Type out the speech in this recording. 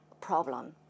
problem